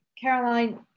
Caroline